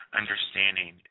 understanding